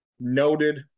Noted